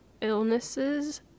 illnesses